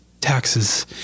taxes